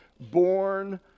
born